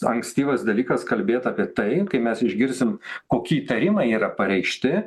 ankstyvas dalykas kalbėt apie tai kai mes išgirsim koki įtarimai yra pareikšti